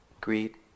greet